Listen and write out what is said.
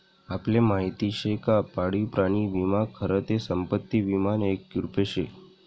आपले माहिती शे का पाळीव प्राणी विमा खरं ते संपत्ती विमानं एक रुप शे